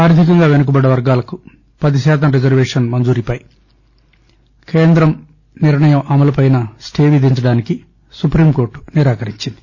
ఆర్గికంగా వెనుకబడ్ల వర్గాలకు పదిశాతం రిజర్వేషన్ల మంజూరీపై కేందం నిర్ణయం అమలుపైన స్టే విధించడానికి సుపీంకోర్టు నిరాకరించింది